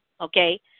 okay